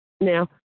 Now